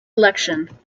election